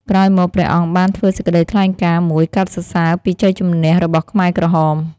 ក្រោយមក ព្រះអង្គបានធ្វើសេចក្តីថ្លែងការណ៍មួយកោតសរសើរពីជ័យជម្នះរបស់ខ្មែរក្រហម។